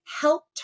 helped